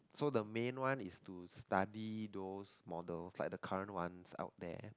so the main one is to study those models like the current ones out there